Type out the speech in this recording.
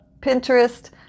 Pinterest